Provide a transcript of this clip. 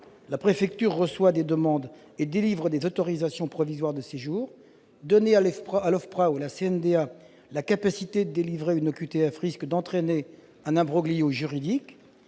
La préfecture reçoit les demandes et délivre des autorisations provisoires de séjour. Donner à l'OFPRA ou à la CNDA la capacité de délivrer une OQTF risquerait d'entraîner un imbroglio juridique.